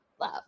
Love